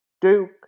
Duke